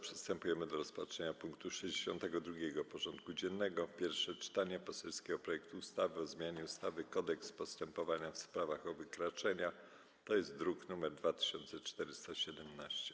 Przystępujemy do rozpatrzenia punktu 62. porządku dziennego: Pierwsze czytanie poselskiego projektu ustawy o zmianie ustawy Kodeks postępowania w sprawach o wykroczenia (druk nr 2417)